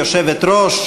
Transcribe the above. יושבת-ראש,